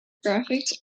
graphics